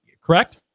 Correct